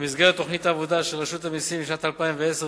במסגרת תוכנית העבודה של רשות המסים לשנת המסים